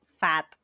fat